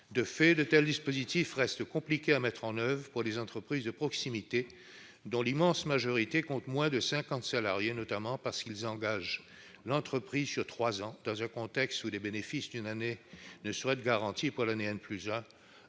De fait, de tels dispositifs restent compliqués à mettre en oeuvre pour les entreprises de proximité, dont l'immense majorité comptent moins de cinquante salariés, notamment parce qu'ils engagent l'entreprise sur trois ans, dans un contexte où les bénéfices d'une année n ne sauraient être garantis pour l'année ni,,